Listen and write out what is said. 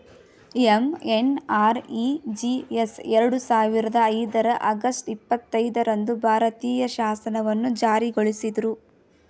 MNREGS ಎರಡು ಸಾವಿರದ ಐದರ ಆಗಸ್ಟ್ ಇಪ್ಪತ್ತೈದು ರಂದು ಭಾರತೀಯ ಶಾಸನವನ್ನು ಜಾರಿಗೊಳಿಸಿದ್ರು